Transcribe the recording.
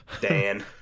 Dan